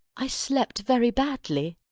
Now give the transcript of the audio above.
i slept very badly.